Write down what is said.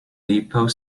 depot